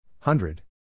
Hundred